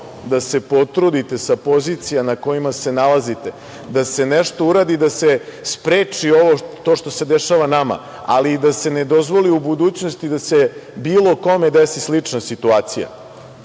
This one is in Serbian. da se potrudite sa pozicija na kojima se nalazite da se nešto uradi i da se spreči to što se dešava nama, ali i da se ne dozvoli u budućnosti da se bilo kome desi slična situacija. Znate,